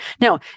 Now